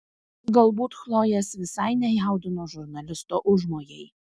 galbūt chlojės visai nejaudino žurnalisto užmojai